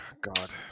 God